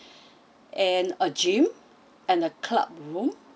and a gym and a club room